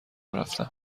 رفتم